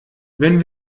wenn